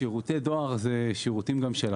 שירותי דואר הם גם שירותים של הפצה.